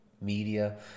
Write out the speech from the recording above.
media